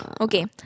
Okay